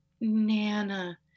Nana